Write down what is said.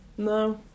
No